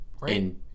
Right